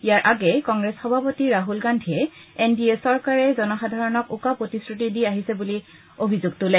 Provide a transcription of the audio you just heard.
ইয়াৰ আগেয়ে কংগ্ৰেছ সভাপতি ৰাহুল গান্ধীয়ে এন ডি এ চৰকাৰে জনসাধাৰণক উকা প্ৰতিশ্ৰতি দি আহিছে বুলি অভিযোগ তোলে